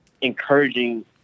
encouraging